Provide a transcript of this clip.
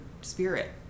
spirit